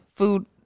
food